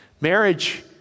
Marriage